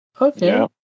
Okay